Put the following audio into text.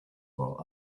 while